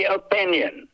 opinion